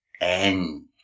end